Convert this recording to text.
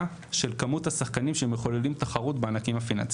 של כמות השחקנים שמחוללים תחרות בנתיב הפיננסי,